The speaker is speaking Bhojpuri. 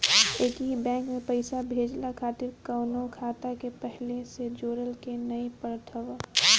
एकही बैंक में पईसा भेजला खातिर कवनो खाता के पहिले से जोड़े के नाइ पड़त हअ